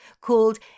called